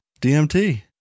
DMT